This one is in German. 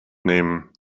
nehmen